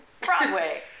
Broadway